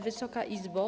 Wysoka Izbo!